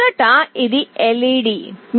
మొదట ఇది LED